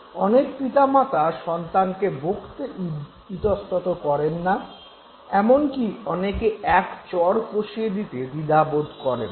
অনেক পিতামাতা সন্তানকে বকতে ইতস্তত করেননা এমনকি অনেকে এক চড় কষিয়ে দিতে দ্বিধা বোধ করেননা